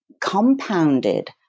compounded